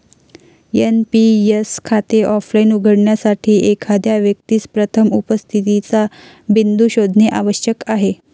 NPS खाते offline उघडण्यासाठी, एखाद्या व्यक्तीस प्रथम उपस्थितीचा बिंदू शोधणे आवश्यक आहे